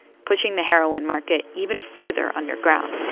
pushing the heroin market even further underground